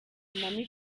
lomami